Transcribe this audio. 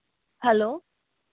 hello